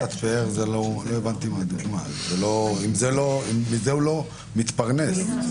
יכטת פאר לא הבנתי, מזה הוא לא מתפרנס.